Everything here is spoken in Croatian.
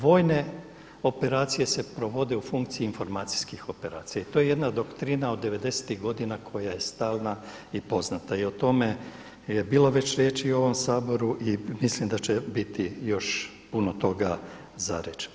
Vojne operacije se provode u funkciji informacijskih operacija i to je jedna doktrina od devedesetih godina koja je stalna i poznata, i o tome je bilo već riječi u ovom Saboru i mislim da će biti još puno toga za reći.